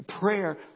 Prayer